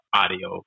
audio